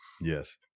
Yes